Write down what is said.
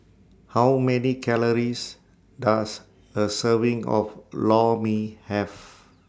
How Many Calories Does A Serving of Lor Mee Have